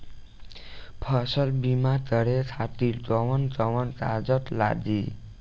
फसल बीमा करे खातिर कवन कवन कागज लागी?